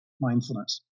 mindfulness